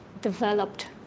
developed